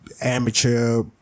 amateur